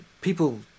people